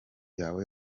yawe